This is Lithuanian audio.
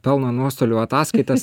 pelno nuostolių ataskaitas